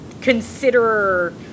consider